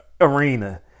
arena